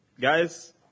Guys